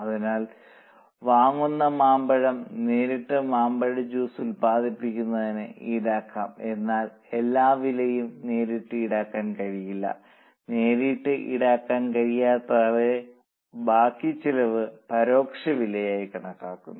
അതിനാൽ വാങ്ങുന്ന മാമ്പഴം നേരിട്ട് മാമ്പഴ ജ്യൂസ് ഉൽപ്പാദിപ്പിക്കുന്നതിന് ഈടാക്കും എന്നാൽ എല്ലാ വിലയും നേരിട്ട് ഈടാക്കാൻ കഴിയില്ല നേരിട്ട് ഈടാക്കാൻ കഴിയാത്ത ബാക്കി ചെലവ് പരോക്ഷ വിലയായി കണക്കാക്കുന്നു